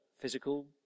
physical